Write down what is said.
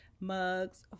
mugs